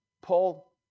Paul